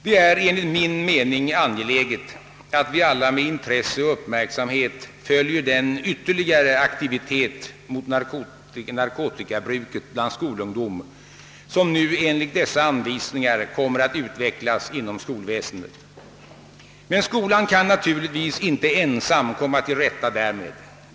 Det är enligt min mening angeläget att vi alla med intresse och uppmärksamhet följer den ytterligare aktivitet mot narkotikabruket bland skolungdom, som nu enligt dessa anvisningar kommer att utvecklas inom skolväsendet. Men skolan kan naturligtvis inte ensam komma till rätta därmed.